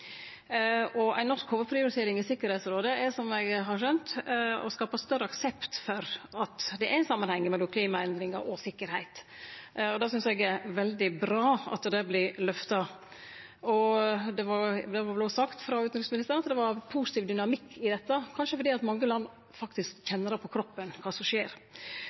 norsk hovudprioritering i Tryggingsrådet er, som eg har skjønt, å skape større aksept for at det er samanhengar mellom klimaendringar og sikkerheit, og eg synest det er veldig bra at det vert løfta. Det var vel òg sagt frå utanriksministeren at det var ein positiv dynamikk i dette, kanskje fordi mange land faktisk kjenner på kroppen kva som skjer.